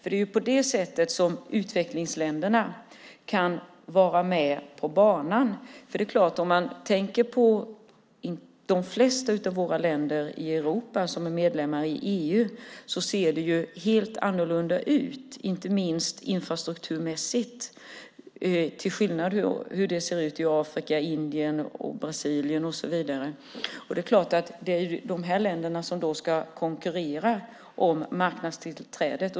Det är på det sättet utvecklingsländerna kan vara med på banan. Det är klart: I de flesta av våra länder i Europa som är medlemmar i EU ser det helt annorlunda ut, inte minst infrastrukturmässigt, än i Afrika, Indien, Brasilien och så vidare. Det är de här länderna som ska konkurrera om marknadstillträdet.